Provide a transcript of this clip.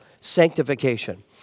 sanctification